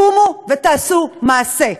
קומו ותעשו מעשה.